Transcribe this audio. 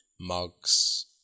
mugs